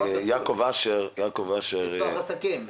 לפתוח עסקים.